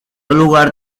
lugar